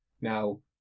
Now